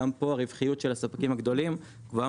גם פה הרווחיות של הספקים הגדולים גבוהה